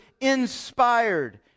inspired